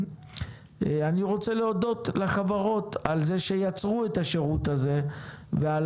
אני רוצה להודות לחברות על זה שיצרו את השירות הזה ועל